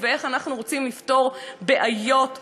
ואיך אנחנו רוצים לפתור בעיות בדרך.